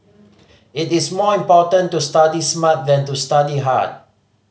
it is more important to study smart than to study hard